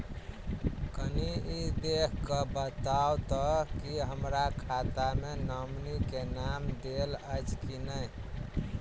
कनि ई देख कऽ बताऊ तऽ की हमरा खाता मे नॉमनी केँ नाम देल अछि की नहि?